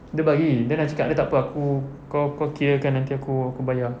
dia bagi then I cakap dengan dia tak apa aku kau kau kirakan nanti aku aku bayar